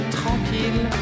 tranquille